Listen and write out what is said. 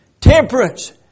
temperance